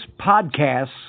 podcast's